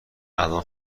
الان